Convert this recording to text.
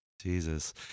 Jesus